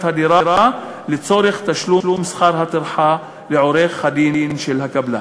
הדירה לצורך תשלום שכר הטרחה לעורך-הדין של הקבלן.